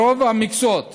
ברוב מקצועות